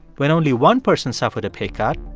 when only one person suffered a pay cut,